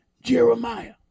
Jeremiah